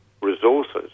resources